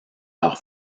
leur